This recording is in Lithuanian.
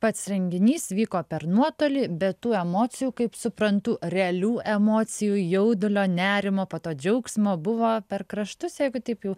pats renginys vyko per nuotolį be tų emocijų kaip suprantu realių emocijų jaudulio nerimo po to džiaugsmo buvo per kraštus jeigu taip jau